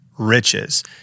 riches